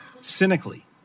cynically